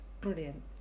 Brilliant